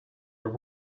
were